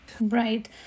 Right